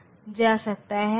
तो यह 1010011 हो जाता है